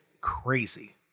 crazy